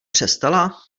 přestala